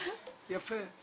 יפה.